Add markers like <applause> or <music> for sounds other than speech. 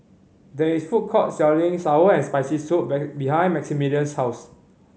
there is a food court selling sour and Spicy Soup <unintelligible> behind Maximilian's house